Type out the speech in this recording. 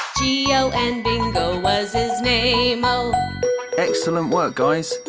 g o and bingo was his name-o excellent work guys.